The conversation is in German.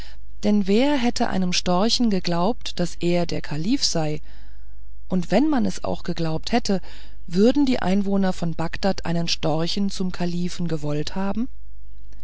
denn wer hätte einem storchen geglaubt daß er der kalif sei und wenn man es auch geglaubt hätte würden die einwohner von bagdad einen storchen zum kalifen gewollt haben